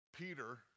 Peter